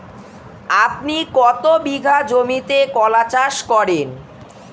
আপনি কত বিঘা জমিতে কলা চাষ করেন?